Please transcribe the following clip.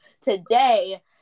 today